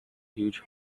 huge